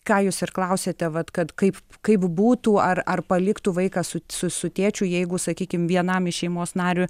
ką jūs ir klausiate vat kad kaip kaip būtų ar ar paliktų vaiką su su su tėčiu jeigu sakykim vienam iš šeimos nariui